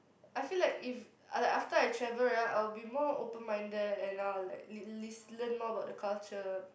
I feel like if like after I travel right I will be more open minded and I will like list~ list~ learn more about the culture